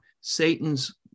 Satan's